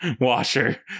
Washer